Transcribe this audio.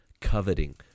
coveting